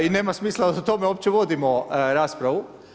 I nema smisla da o tome uopće vodimo raspravu.